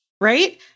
Right